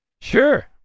Sure